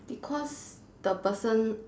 because the person